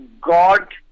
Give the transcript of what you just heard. God